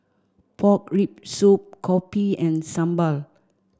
pork rib soup Kopi and Sambal